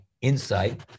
insight